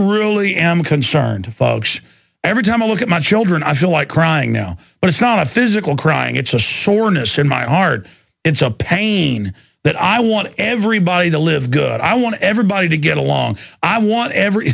really am concerned folks every time a look at my children i feel like crying now but it's not a physical crying it's a shortness in my heart it's a pain that i want everybody to live good i want everybody to get along i want every